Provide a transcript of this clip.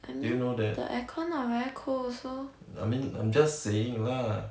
do you know that I mean I'm just saying lah